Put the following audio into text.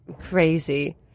crazy